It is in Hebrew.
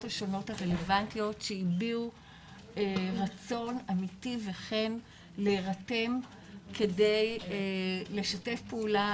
השונות הרלוונטיות שהביעו רצון אמיתי וכנה להירתם כדי לשתף פעולה,